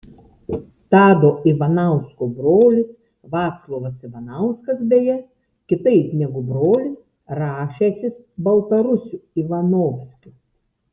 tado ivanausko brolis vaclovas ivanauskas beje kitaip negu brolis rašęsis baltarusiu ivanovskiu